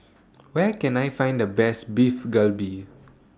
Where Can I Find The Best Beef Galbi